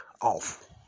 off